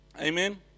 amen